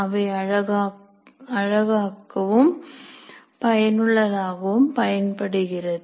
அவை அழகாக்கவும் பயனுள்ளதாக்கவும் பயன்படுகிறது